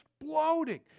exploding